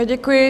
Děkuji.